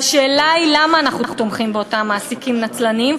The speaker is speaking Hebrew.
והשאלה היא למה אנחנו תומכים באותם מעסיקים נצלנים,